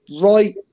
right